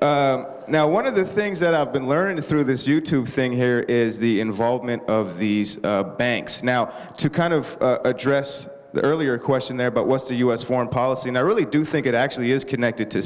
now one of the things that i've been learning through this youtube thing here is the involvement of these banks now to kind of address the earlier question there but what's the u s foreign policy and i really do think it actually is connected to